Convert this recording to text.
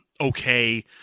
okay